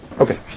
okay